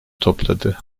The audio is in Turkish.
topladı